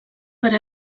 per